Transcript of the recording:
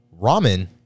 ramen